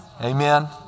Amen